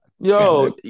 Yo